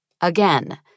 Again